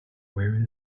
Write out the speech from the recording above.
where